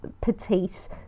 petite